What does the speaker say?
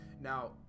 now